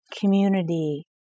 community